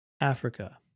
Africa